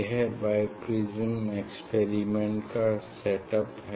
यह biprism experiment का set up हैं